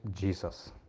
Jesus